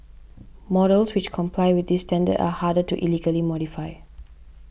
models which comply with this standard are harder to illegally modify